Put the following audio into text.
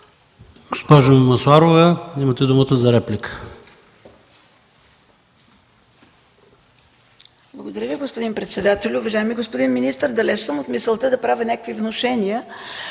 Госпожо Масларова, имате думата за реплика.